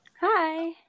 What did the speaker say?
hi